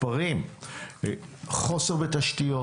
יש חוסר בתשתיות.